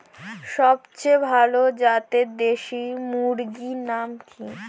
সবচেয়ে ভালো জাতের দেশি মুরগির নাম কি?